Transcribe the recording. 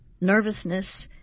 nervousness